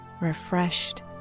refreshed